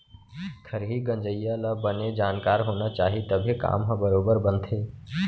खरही गंजइया ल बने जानकार होना चाही तभे काम ह बरोबर बनथे